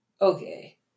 Okay